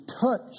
touch